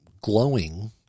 glowing